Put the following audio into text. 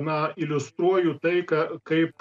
na iliustruoju taiką kaip